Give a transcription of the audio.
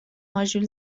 ماژول